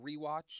rewatch